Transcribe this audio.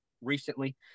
recently